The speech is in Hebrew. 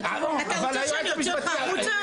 אתה רוצה שאני אוציא אותך החוצה?